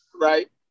Right